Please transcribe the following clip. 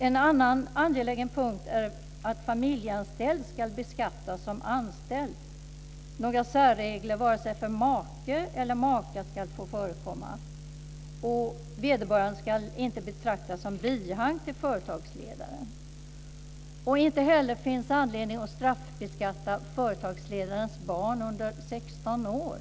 En annan angelägen punkt är att familjemedlemmar ska beskattas som anställda. Några särregler för vare sig make eller maka ska inte få förekomma, och vederbörande ska inte betraktas som bihang till företagsledaren. Det finns inte heller anledning att straffbeskatta företagsledares barn under 16 år.